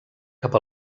cap